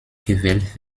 gewählt